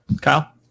Kyle